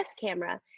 camera